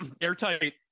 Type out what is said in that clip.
airtight